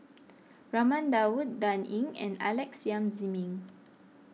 Raman Daud Dan Ying and Alex Yam Ziming